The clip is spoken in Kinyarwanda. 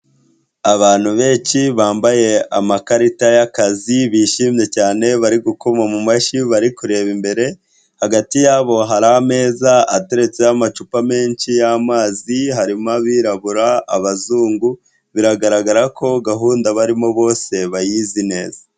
Abantu benshi bambaye amakarita y'akazi, bishimye cyane, bari gukoma mu mashyi, bari kureba imbere, hagati yabo hari ameza ateretseho amacupa menshi y'amazi, harimo abirabura, abazungu, biragaragara ko gahunda barimo bose bayizi neza.